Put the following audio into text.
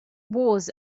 was